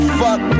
fuck